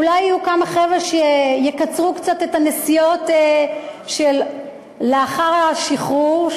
אולי יהיו כמה חבר'ה שיקצרו קצת את הנסיעות שלאחר השחרור,